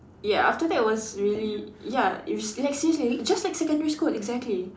ya after that was really ya you like seriously just like secondary school exactly